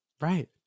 Right